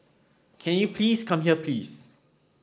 can you please come here please